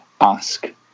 ask